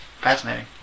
fascinating